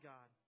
God